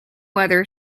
weather